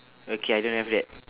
okay I don't have that